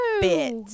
bit